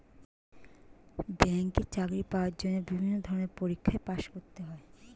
ব্যাংকে চাকরি পাওয়ার জন্য বিভিন্ন ধরনের পরীক্ষায় পাস করতে হয়